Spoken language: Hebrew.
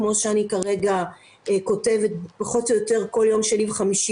כמו שאני כרגע כותבת פחות או יותר בכל יום שני וחמישי